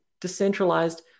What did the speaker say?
decentralized